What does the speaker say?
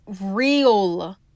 real